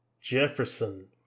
Jefferson